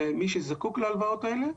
למי שזקוק להלוואות האלה,